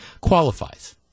qualifies